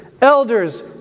elders